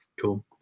Cool